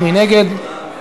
מי נגד?